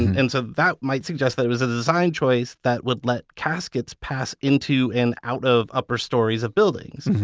and so that might suggest that it was a design choice that would let caskets pass into an out of upper stories of buildings.